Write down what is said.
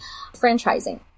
franchising